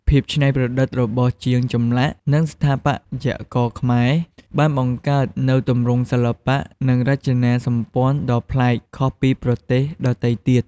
ភាពច្នៃប្រឌិតរបស់ជាងចម្លាក់ និងស្ថាបត្យករខ្មែរបានបង្កើតនូវទម្រង់សិល្បៈ និងរចនាសម្ព័ន្ធដ៏ប្លែក ខុសពីប្រទេសដទៃទៀត។